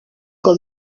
ngo